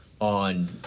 on